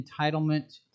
entitlement